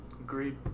Agreed